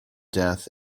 death